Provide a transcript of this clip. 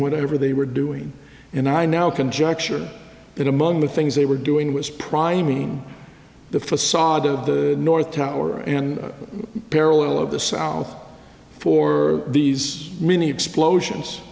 whatever they were doing and i now conjecture that among the things they were doing was priming the facade of the north tower and parallel of the south for these mini explosions